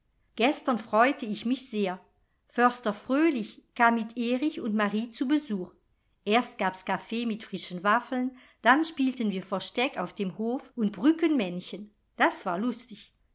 gestern freute ich mich sehr förster fröhlich kam mit erich und marie zu besuch erst gabs kaffee mit frischen waffeln dann spielten wir versteck auf dem hof und brückenmännchen das war lustig